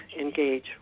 engage